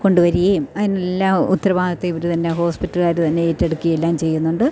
കൊണ്ടു വരികയും അതിനെല്ലാം ഉത്തരവാദി ഇവർ തന്നെ ഹോസ്പിറ്റലായിട്ടു തന്നെ ഏറ്റെടുക്കുകയും എല്ലാം ചെയ്യുന്നുണ്ട്